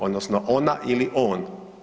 Odnosno ona ili on.